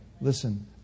listen